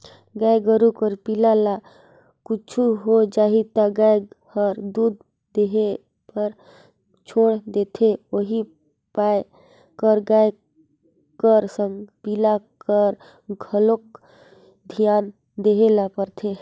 गाय गोरु कर पिला ल कुछु हो जाही त गाय हर दूद देबर छोड़ा देथे उहीं पाय कर गाय कर संग पिला कर घलोक धियान देय ल परथे